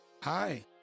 hi